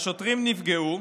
והשוטרים נפגעו.